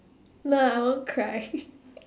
no I won't cry